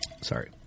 sorry